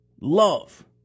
love